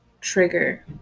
trigger